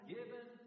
given